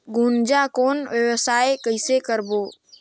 गुनजा कौन व्यवसाय कइसे करबो?